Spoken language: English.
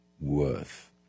worth